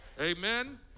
amen